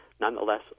Nonetheless